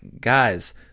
guys